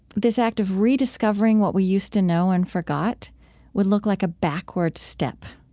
this act of rediscovering what we used to know and forgot would look like a backward step